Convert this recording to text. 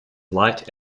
light